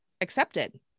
accepted